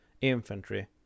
infantry